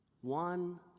one